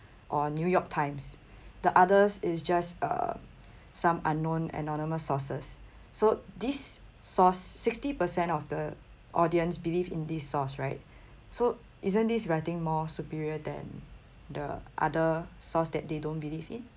or new york times the others it's just uh some unknown anonymous sources so this source sixty per cent of the audience believe in this source right so isn't this writing more superior than the other source that they don't believe in